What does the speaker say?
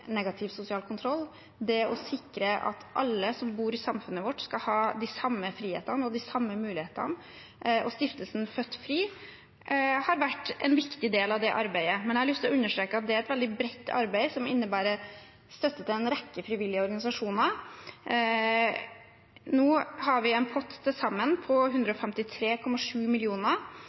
negativ sosial kontroll, det å sikre at alle som bor i samfunnet vårt, skal ha de samme frihetene og de samme mulighetene. Stiftelsen Født Fri har vært en viktig del av det arbeidet, men jeg har lyst til å understreke at det er et veldig bredt arbeid som innebærer støtte til en rekke frivillige organisasjoner. Nå har vi en pott på til sammen 153,7